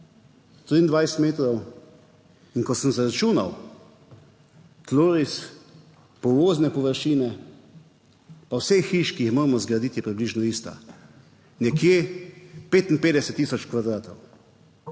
23 metrov in ko sem izračunal tloris povozne površine pa vseh hiš, ki jih moramo zgraditi, je približno ista, nekje 55 tisoč kvadratov.